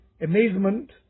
amazement